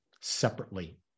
separately